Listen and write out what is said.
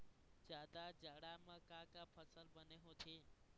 जादा जाड़ा म का का फसल बने होथे?